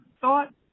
thought